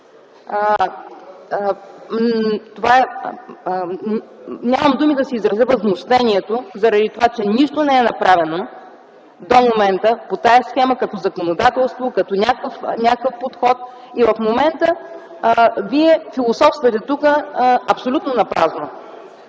Нямам думи да изразя възмущението си, заради това че нищо не е направено до момента по тази схема като законодателство или някакъв подход. И в момента Вие философствате тук абсолютно напразно.